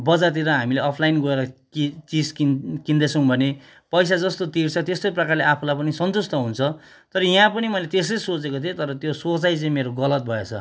बजारतिर हामीले अफलाइन गएर कि चिस किन् किन्दैछौँ भने पैसा जस्तो तिर्छ त्यस्तै प्रकारले आफूलाई पनि सन्तुष्ट हुन्छ तर यहाँ पनि मैले त्यस्तै सोचेको थिएँ तर त्यो सोचाई चाहिँ मेरो गलत भएछ